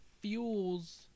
fuels